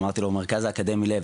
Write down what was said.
אמרתי לו מרכז האקדמי לב,